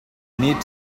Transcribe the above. need